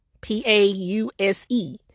P-A-U-S-E